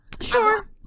sure